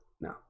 No